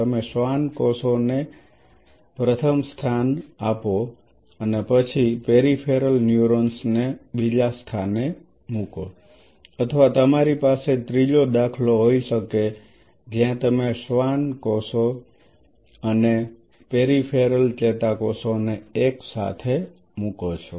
તમે શ્વાન કોષોને પ્રથમ સ્થાન આપો અને પછી પેરિફેરલ ન્યુરોન્સ ને બીજા સ્થાને મૂકો અથવા તમારી પાસે ત્રીજો દાખલો હોઈ શકે જ્યાં તમે શ્વાન કોષો અને પેરિફેરલ ચેતાકોષોને એક સાથે મૂકો છો